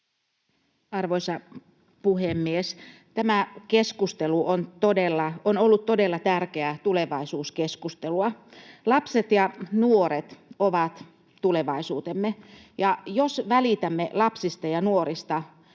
Arvoisa puhemies! Tämä keskustelu on ollut todella tärkeää tulevaisuuskeskustelua. Lapset ja nuoret ovat tulevaisuutemme, ja jos välitämme lapsista ja nuorista